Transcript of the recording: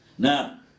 Now